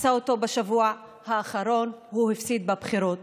עשה אותו בשבוע האחרון, הוא הפסיד בבחירות